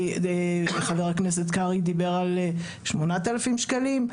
חבר הכנסת קרעי דיבר על שמונת אלפים שקלים,